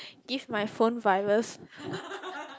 give my phone virus